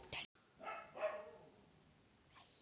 ಜಾಸ್ತಿ ಕೆಮಿಕಲ್ ಹೊಡೆದ್ರ ಮಣ್ಣಿಗೆ ಏನಾಗುತ್ತದೆ?